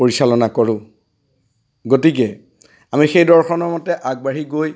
পৰিচালনা কৰোঁ গতিকে আমি সেই দৰ্শনৰ মতে আগবাঢ়ি গৈ